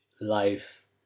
life